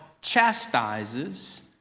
chastises